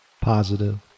positive